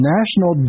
National